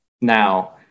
Now